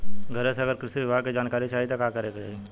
घरे से अगर कृषि विभाग के जानकारी चाहीत का करे के चाही?